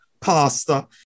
pastor